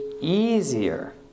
easier